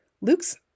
Luke's